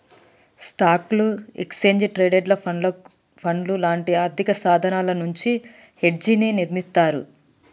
స్టాక్లు, exchange traded ఫండ్లు లాంటి ఆర్థికసాధనాల నుండి హెడ్జ్ని నిర్మిత్తర్